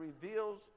reveals